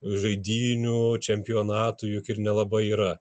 žaidynių čempionatų juk ir nelabai yra